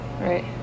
right